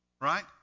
Right